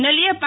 નલિયા પ